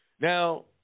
Now